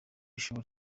ishuli